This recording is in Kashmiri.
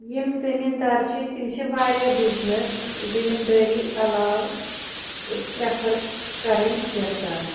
یِم زمیٖندار چھِ تِم چھِ واریاہ بِزنِس زمیٖندٲری علاوٕ پرٛٮ۪فَر کَرٕنۍ یَژھان